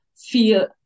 feel